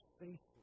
faithful